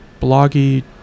bloggy